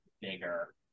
bigger